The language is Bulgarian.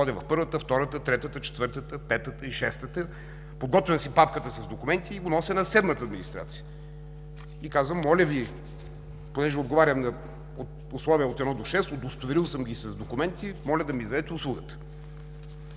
Ходя в първата, във втората, в третата, в четвъртата, в петата и в шестата, подготвям си папката с документи и го нося на седмата администрация. Казвам: „Понеже отговарям на условия от едно до шест, удостоверил съм ги с документи, моля да ми издадете услугата“.